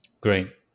Great